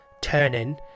Turning